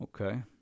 okay